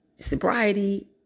sobriety